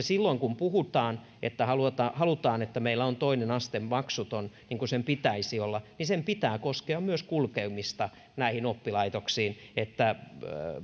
silloin kun puhutaan että halutaan halutaan että meillä on toinen aste maksuton niin kuin sen pitäisi olla niin sen pitää koskea myös kulkemista näihin oppilaitoksiin että